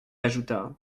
ajouta